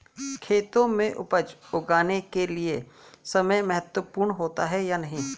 खेतों में उपज उगाने के लिये समय महत्वपूर्ण होता है या नहीं?